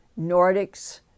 Nordics